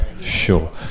Sure